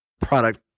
product